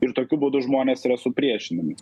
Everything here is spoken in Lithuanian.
ir tokiu būdu žmonės yra supriešinami